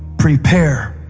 prepare